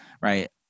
right